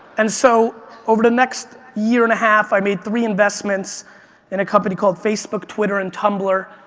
and so over the next year and a half, i made three investments in a company called facebook, twitter, and tumblr.